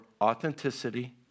authenticity